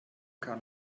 kann